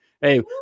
Hey